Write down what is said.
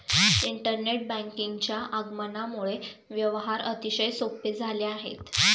internet बँकिंगच्या आगमनामुळे व्यवहार अतिशय सोपे झाले आहेत